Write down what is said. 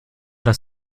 das